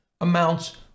amounts